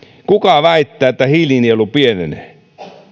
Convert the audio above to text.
kuka väittää että hiilinielu pienenee